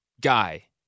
guy